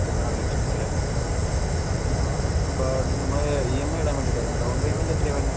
പതിനാറ് ലക്ഷം രൂപ അല്ലേ ആ അപ്പം നമ്മൾ ഇ എം ഐ ഇടാൻ വേണ്ടിയിട്ടായിരുന്നു ഡൗൺ പേയ്മെന്റ് എത്രയാണ് വേണ്ടത്